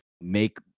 make